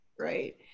right